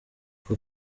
uko